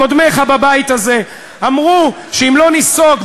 קודמיך בבית הזה אמרו שאם לא ניסוג,